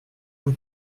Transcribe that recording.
vous